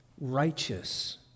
righteous